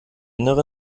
innern